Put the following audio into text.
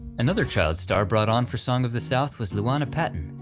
another child star brought on for song of the south was luana patten,